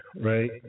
right